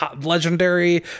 legendary